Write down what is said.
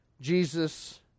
Jesus